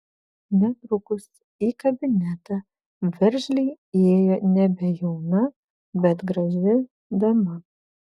netrukus į kabinetą veržliai įėjo nebejauna bet graži dama